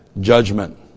judgment